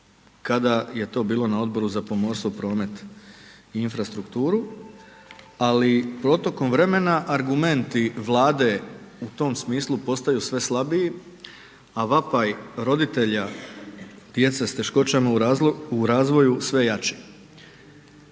kada je to bilo na Odboru za pomorstvo, promet i infrastrukturu ali protokom vremena argumenti Vlade u tom smislu postaju sve slabiji a vapaj roditelja djece sa teškoćama u razvoju je sve jači.